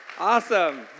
Awesome